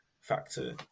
factor